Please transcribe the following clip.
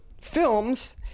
films